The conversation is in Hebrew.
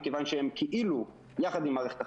מכיוון שהם כאילו יחד עם מערכת החינוך,